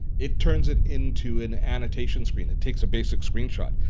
it turns it into an annotation screen. it takes a basic screenshot.